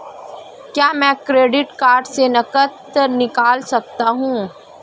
क्या मैं credit card से नकद निकाल सकता हूँ?